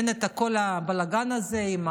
אין את כל הבלגן הזה עם